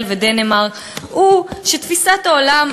לדנמרק הוא שתפיסת העולם של דנמרק,